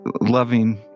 loving